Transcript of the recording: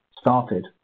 started